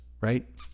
right